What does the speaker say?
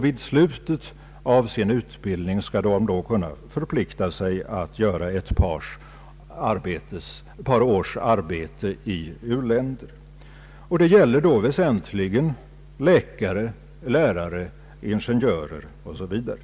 Vid slutet av sin utbildning skall de då förplikta sig att utföra ett par års arbete i u-länder. Det gäller väsentligen läkare, lärare, ingenjörer osv.